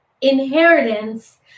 inheritance